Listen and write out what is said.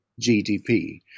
GDP